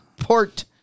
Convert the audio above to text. Port